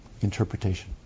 Interpretation